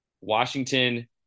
Washington